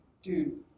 dude